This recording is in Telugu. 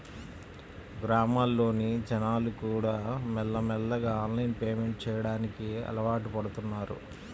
గ్రామాల్లోని జనాలుకూడా మెల్లమెల్లగా ఆన్లైన్ పేమెంట్ చెయ్యడానికి అలవాటుపడుతన్నారు